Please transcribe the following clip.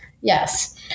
Yes